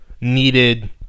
needed